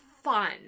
fun